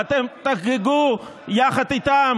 אתם תחגגו יחד איתם